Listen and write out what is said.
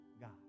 God